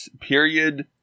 period